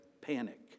panic